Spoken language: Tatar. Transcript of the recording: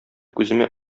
күземә